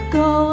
go